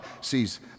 sees